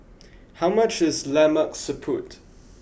how much is Lemak Siput